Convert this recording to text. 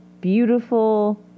beautiful